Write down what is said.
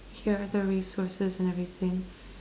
you have the resources and everything